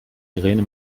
irene